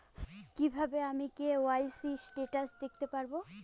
কিভাবে আমি KYC status দেখতে পারবো?